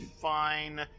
fine